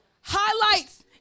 highlights